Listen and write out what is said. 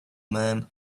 man